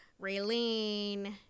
Raylene